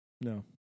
No